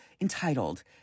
entitled